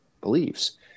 beliefs